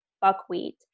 buckwheat